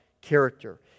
character